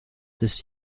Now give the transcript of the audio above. this